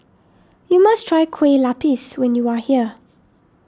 you must try Kueh Lapis when you are here